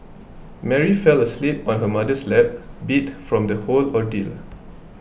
Mary fell asleep on her mother's lap beat from the whole ordeal